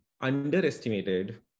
underestimated